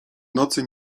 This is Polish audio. nocy